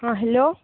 ହଁ ହ୍ୟାଲୋ